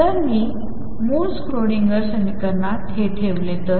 जर मी हे मूळ स्क्रोडिंगरसमीकरणात ठेवले तर